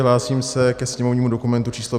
Hlásím se ke sněmovnímu dokumentu číslo 5129.